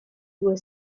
due